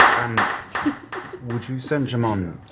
um would you send j'mon,